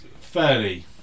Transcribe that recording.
fairly